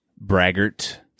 braggart